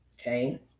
Okay